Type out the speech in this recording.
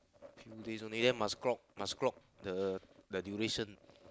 few days only then must clock must clock the the duration